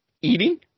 eating